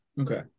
Okay